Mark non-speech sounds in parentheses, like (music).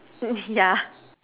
(noise) yeah